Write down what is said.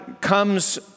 comes